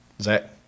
Zach